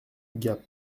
gap